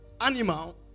animal